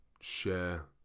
share